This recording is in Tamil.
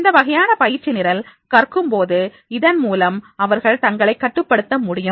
இந்த வகையான பயிற்சி நிரல் கற்கும் போதுஇதன்மூலம் அவர்கள் தங்களை கட்டுப்படுத்த முடியும்